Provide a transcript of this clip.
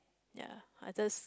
ya I just